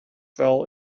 fell